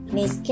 Miss